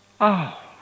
Oh